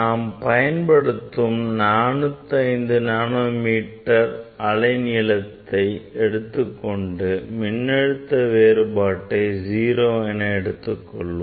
நாம் பயன்படுத்தும் 405 nanometre அலை நீளத்தை எடுத்துக் கொண்டு மின்னழுத்த வேறுபாட்டை 0 என எடுத்துக் கொள்வோம்